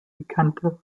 bekannter